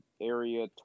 Area